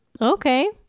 okay